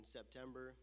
September